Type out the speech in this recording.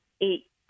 eight